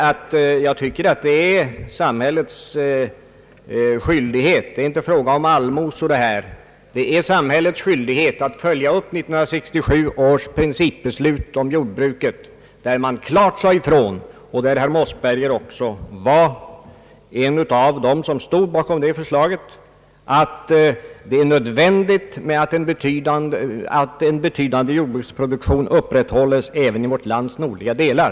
Det är samhällets skyldighet — och det är inte fråga om allmosor — att följa upp 1967 års principbeslut om jordbruket, där det klart sades ifrån att det är nödvändigt att en betydande jordbruksproduktion upprätthålles även i vårt lands nordliga delar.